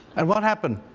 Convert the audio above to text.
and what happened?